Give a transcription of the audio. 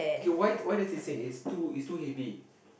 K why why does it say it's too it's too heavy